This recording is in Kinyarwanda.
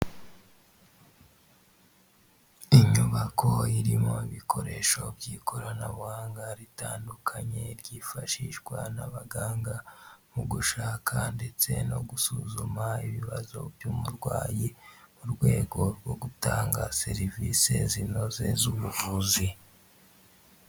Inyubako irimo ibikoresho by'ikoranabuhanga ritandukanye ryifashishwa n'abaganga mu gushaka ndetse no gusuzuma ibibazo by'umurwayi mu rwego rwo gutanga serivisi zinoze z'ubuvuzi.